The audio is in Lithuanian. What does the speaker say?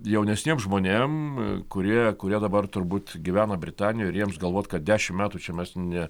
jaunesniem žmonėm kurie kurie dabar turbūt gyvena britanijoj ir jiems galvot kad dešimt metų čia mes ne